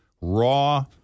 raw